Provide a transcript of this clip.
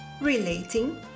Relating